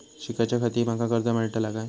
शिकाच्याखाती माका कर्ज मेलतळा काय?